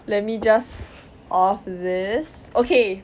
let me just off just okay